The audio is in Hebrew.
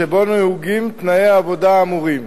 שבו נהוגים תנאי העבודה האמורים,